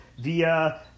via